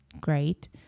great